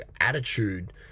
attitude